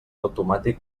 automàtic